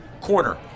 Corner